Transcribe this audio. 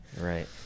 right